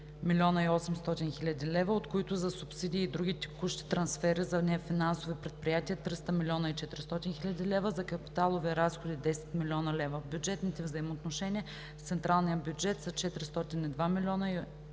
366,8 млн. лв., от които: за субсидии и други текущи трансфери за нефинансови предприятия – 300,4 млн. лв., за капиталови разходи – 10 млн. лв. Бюджетните взаимоотношения с централния бюджет са в размер